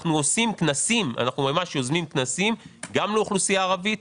אנחנו יוזמים כנסים גם לאוכלוסייה הערבית,